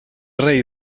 rei